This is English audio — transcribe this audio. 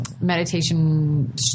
meditation